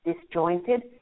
disjointed